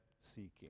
seeking